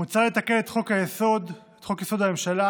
מוצע לתקן את חוק-יסוד: הממשלה,